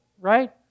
right